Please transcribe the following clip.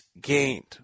gained